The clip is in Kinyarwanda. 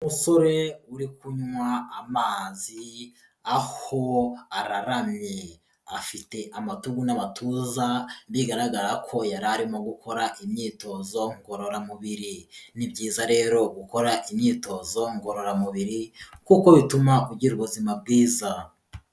Umusore uri kunywa amazi aho araramye, afite amatugu n'amatuza bigaragara ko yari arimo gukora imyitozo ngororamubiri, ni byiza rero gukora imyitozo ngororamubiri kuko bituma ugira ubuzima bwiza.